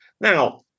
Now